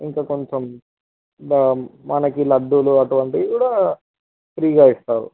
ఇంకా కొంచెం మనకి లడ్డూలు అటువంటివి కూడా ఫ్రీగా ఇస్తారు